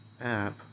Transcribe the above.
App